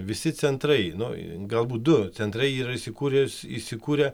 visi centrai nu galbūt du centrai yra įsikūrus įsikūrę